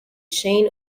chain